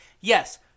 Yes